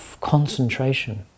concentration